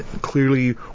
Clearly